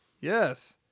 yes